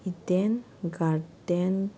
eden garden